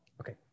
Okay